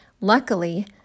Luckily